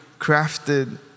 crafted